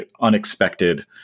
unexpected